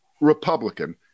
Republican